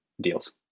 deals